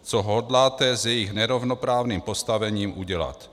Co hodláte s jejich nerovnoprávným postavením udělat?